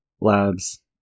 labs